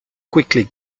quickly